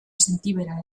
sentibera